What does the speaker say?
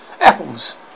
apples